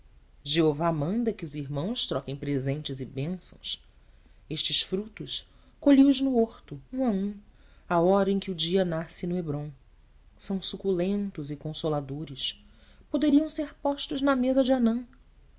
figos jeová manda que os irmãos troquem presentes e bênçãos estes frutos colhi os no horto um a um à hora em que o dia nasce no hébron são suculentos e consoladores poderiam ser postos na mesa de hanão